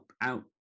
out